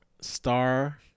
star